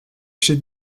chez